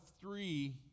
three